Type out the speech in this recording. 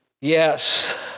Yes